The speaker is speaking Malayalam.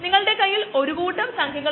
പല തവണ കൂടുതൽ ശ്രമം വേണ്ടിവരും